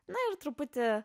na ir truputį